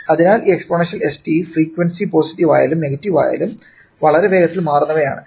അതിനാൽ ഈ exponential st frequency positive ആയാലും നെഗറ്റീവ് ആയാലും വളരെ വേഗത്തിൽ മാറുന്നവയാണ്